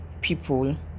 people